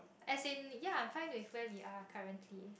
as in ya I find with where we are currently